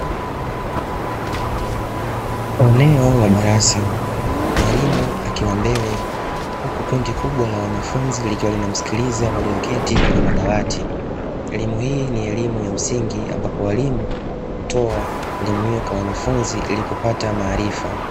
Eneo la darasa mwalimu akiwa mbele uku kundi kubwa la wanafunzi likiwa linamsikiliza walioketi kwenye madawati elimu hii ni elimu ya msingi ambapo walimu utoa elimu hiyo kwa wanafunzi ilikupata maarifa.